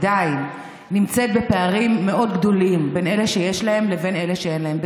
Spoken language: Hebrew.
עדיין נמצאת בפערים מאוד גדולים בין אלה שיש להם לבין אלה שאין להם.